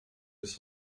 bis